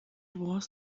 was